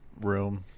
room